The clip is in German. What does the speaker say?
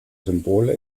symbole